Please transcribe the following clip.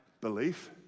belief